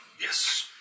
Yes